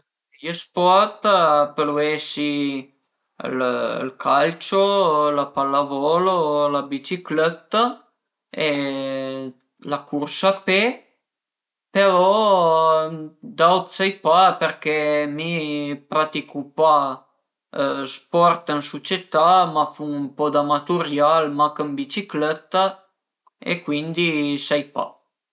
I sport a pölu esi ël calcio, la pallavolo, la biciclëtta e e la cursa a pe però d'aut sai pa përché mi praticu pa d'sport ën sucietà, ma fun ën po d'amatutial mach ën biciclëtta e cuindi sai pa